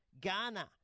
Ghana